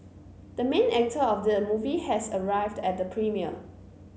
the main actor of the movie has arrived at the premiere